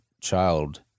child